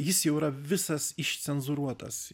jis jau yra visas išcenzūruotas